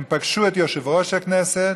הם פגשו את יושב-ראש הכנסת